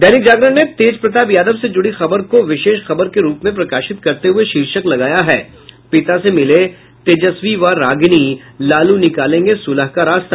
दैनिक जागरण ने तेजप्रताप यादव से जुड़ी खबर को विशेष खबर के रूप में प्रकाशित करते हुये शीर्षक लगाया है पिता से मिले तेजस्वी व रागिनी लालू निकालेंगे सुलह का रास्ता